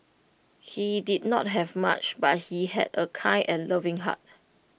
he did not have much but he had A kind and loving heart